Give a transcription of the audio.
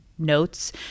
notes